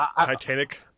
Titanic